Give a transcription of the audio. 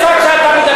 זה "ידיעות אחרונות"?